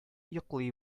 йоклый